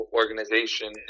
organization